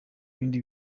bindi